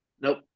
nope